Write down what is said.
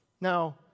Now